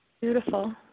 Beautiful